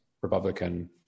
Republican